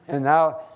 and now,